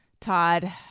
Todd